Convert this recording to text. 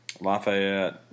Lafayette